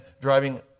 driving